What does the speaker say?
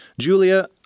Julia